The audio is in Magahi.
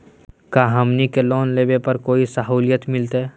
का हमनी के लोन लेने पर कोई साहुलियत मिलतइ?